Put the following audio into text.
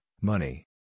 money